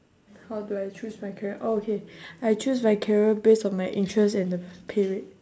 how do I choose my career oh okay I choose my career base on my interest and the pay rate